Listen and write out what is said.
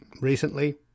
recently